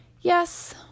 yes